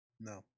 no